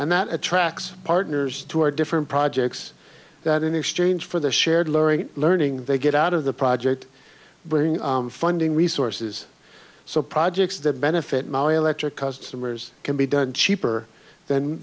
and that attracts partners to our different projects that in exchange for the shared learning learning they get out of the project bring funding resources so projects that benefit my electric customers can be done cheaper than